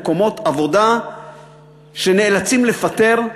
מקומות עבודה שנאלצים לפטר,